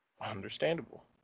Understandable